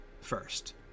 first